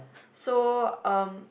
so um